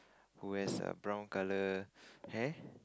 who has a brown colour hair